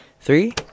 Three